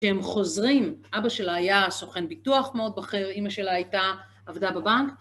שהם חוזרים, אבא שלה היה סוכן ביטוח מאוד בכיר, אימא שלה הייתה עבדה בבנק.